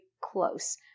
close